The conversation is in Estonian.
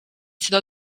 seda